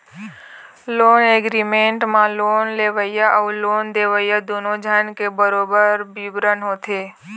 loan agreement म loan लेवइया अउ लोन देवइया दूनो झन के बरोबर बिबरन होथे